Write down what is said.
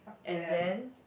and then